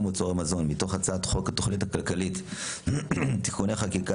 מוצרי מזון) מתוך הצעת חוק התכנית הכלכלית (תיקוני חקיקה